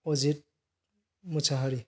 Ajit Mushahary